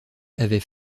avaient